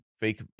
fake